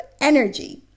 energy